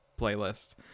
playlist